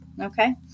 okay